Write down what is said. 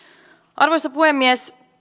arvoisa puhemies